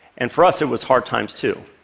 and for us it was hard times, too.